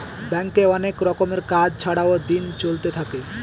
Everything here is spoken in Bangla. ব্যাঙ্কে অনেক রকমের কাজ ছাড়াও দিন চলতে থাকে